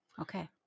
Okay